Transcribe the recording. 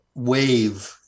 wave